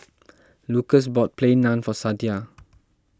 Lucas bought Plain Naan for Sadye